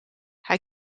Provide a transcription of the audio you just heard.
hij